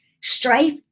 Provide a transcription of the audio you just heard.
strife